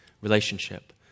relationship